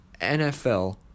NFL